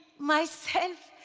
myself,